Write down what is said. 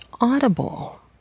Audible